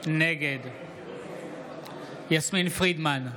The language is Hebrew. נגד יסמין פרידמן,